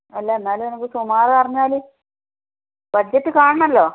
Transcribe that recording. അല്ല എന്നാലും നമുക്ക് സുമാറ് അറിഞ്ഞാല് ബഡ്ജറ്റ് കാണാണമല്ലോ